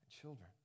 children